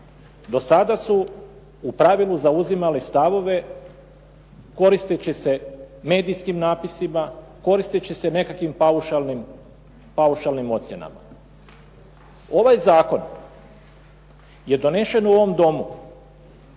Do sada su u pravilu zauzimali stavove koristeći se medijskim napisima, koristeći se nekakvim paušalnim ocjenama. Ovaj zakon je donesen u ovom Domu,